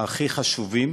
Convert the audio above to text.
הכי חשובים,